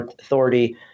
authority